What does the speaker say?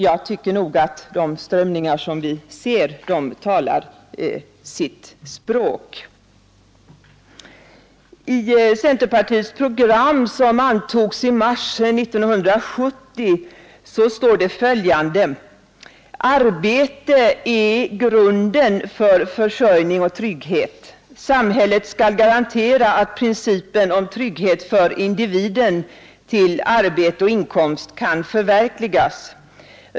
Jag tycker nog att de strömningar vi ser talar sitt språk. Herr talman! I centerpartiets program som antogs i mars 1970 står följande: ”Arbete är grunden för försörjning och trygghet. Samhället skall garantera att principen om trygghet för individen till arbete och inkomst kan förverkligas.